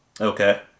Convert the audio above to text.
okay